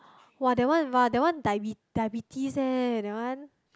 [wah] that one [wah] that one dia~ diabetes eh that one